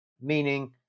meaning